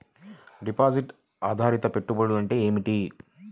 Deposit ఆధారిత పెట్టుబడులు అంటే ఏమిటి?